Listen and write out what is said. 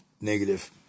negative